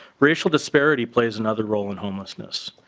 racial disparity plays another role in homelessness.